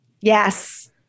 Yes